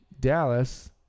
Dallas